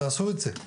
תעשו את זה.